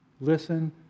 Listen